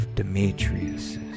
Demetrius